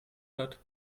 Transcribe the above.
hat